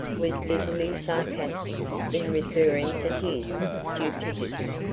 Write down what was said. was bitterly sarcastic in referring to his stupidity.